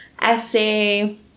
essay